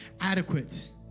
adequate